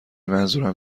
منظورم